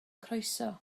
croeso